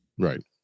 right